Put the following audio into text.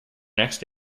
next